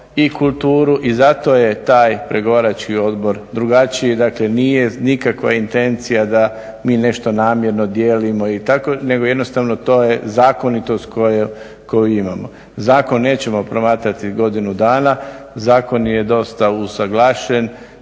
i kulturu i zato je taj pregovarački odbor. Dakle nije nikakva intencija da mi nešto namjerno dijelimo i tako nego jednostavno to je zakonitost koju imamo. Zakon nećemo promatrati godinu dana, zakon je dosta usuglašen